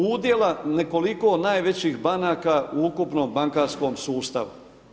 Udjela nekoliko najvećih banaka u ukupnom bankarskom sustavu.